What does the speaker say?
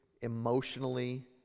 emotionally